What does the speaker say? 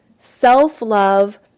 self-love